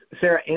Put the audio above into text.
Sarah